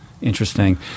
Interesting